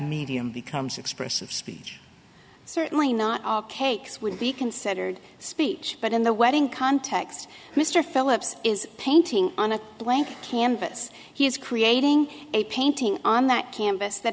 medium becomes expressive speech certainly not all cakes will be considered speech but in the wedding context mr phillips is painting on a blank canvas he is creating a painting on that campus that